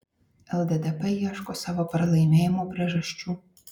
lddp ieško savo pralaimėjimo priežasčių